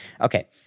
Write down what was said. Okay